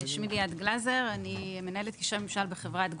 שמי ליאת גלזר, אני מנהלת קשרי ממשל בחברת גוגל.